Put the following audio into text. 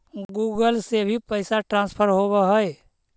Google से भी पैसा ट्रांसफर होवहै?